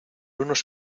unos